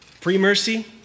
Pre-mercy